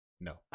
No